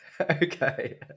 Okay